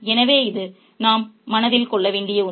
எனவே இது நாம் மனதில் கொள்ள வேண்டிய ஒன்று